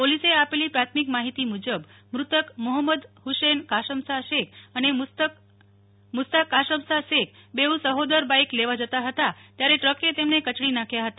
પોલીસે આપેલી પ્રાથમિક માહિતી મુજબ મૃતક મોહમ્મદ હુસેન કાસમશા શેખ અને મુસ્તક કાસમશા શેખ બેઉ સહોદર બાઈ લેવા જતા હતા ત્યારે ટ્રકે તેમને કચડી નાખ્યા હતા